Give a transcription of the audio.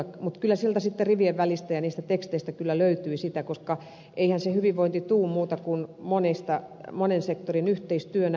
mutta kyllä sieltä rivien välistä ja niistä teksteistä löytyi sitä koska eihän se hyvinvointi tule muuta kuin monen sektorin yhteistyönä